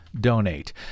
donate